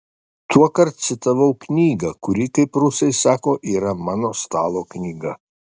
tuokart citavau knygą kuri kaip rusai sako yra mano stalo knyga